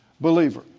believer